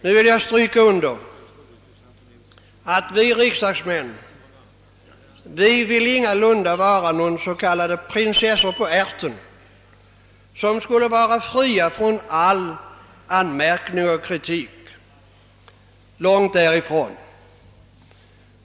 Nu vill jag stryka under att vi riksdagsmän ingalunda vill vara några s.k. »prinsessor på ärten» som skulle vara fria från all anmärkning och kritik, långt därifrån.